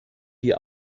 die